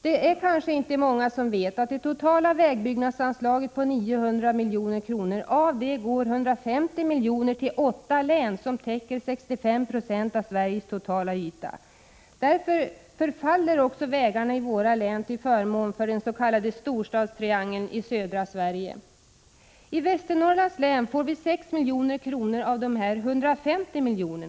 Det är kanske inte många som vet att 150 miljoner av vägbyggnadsanslaget på 900 milj.kr. går till åtta län som täcker 65 90 av Sveriges totala yta. Under sådana förhållanden förfaller vägarna i våra län till förmån för den s.k. storstadstriangeln i södra Sverige. I Västernorrlands län får vi 6 milj.kr. av dessa 150 miljoner.